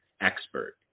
expert